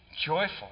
joyful